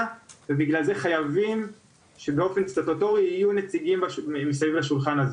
ובגלל זה אנחנו חייבים שבאופן סטטוטורי יהיו נציגים מסביב לשולחן הזה